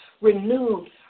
renewed